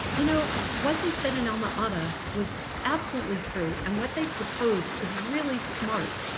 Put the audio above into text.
you know, what they said in alma-ata was absolutely true and what they proposed is really smart,